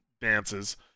dances